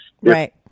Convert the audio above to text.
Right